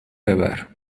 ببر